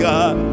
God